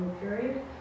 period